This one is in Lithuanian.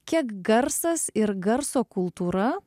kiek garsas ir garso kultūra